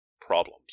problems